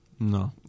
No